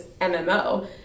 MMO